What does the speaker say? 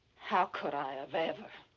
how could i have ever?